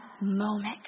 moment